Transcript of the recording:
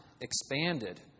expanded